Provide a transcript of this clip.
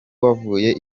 wavuye